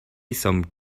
some